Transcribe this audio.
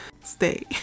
stay